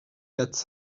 quatre